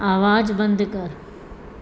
आवाज़ु बंदि करि